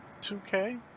2K